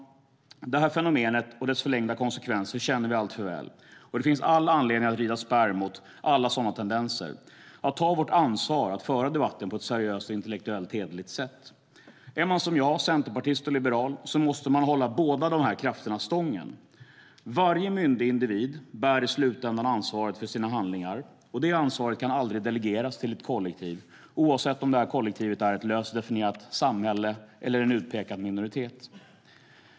Detta fenomen, och dess förlängda konsekvenser, känner vi alltför väl. Det finns all anledning att rida spärr mot alla sådana tendenser och att ta vårt ansvar att föra debatten på ett seriöst och intellektuellt hederligt sätt. Är man, som jag, centerpartist och liberal måste man hålla båda dessa krafter stången. Varje myndig individ bär i slutändan ansvaret för sina handlingar, och det ansvaret kan aldrig delegeras till ett kollektiv, oavsett om detta kollektiv är ett löst definierat "samhälle" eller en utpekad minoritet.